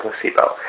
placebo